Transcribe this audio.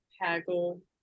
haggle